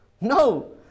No